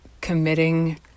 committing